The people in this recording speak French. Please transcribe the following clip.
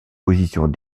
positions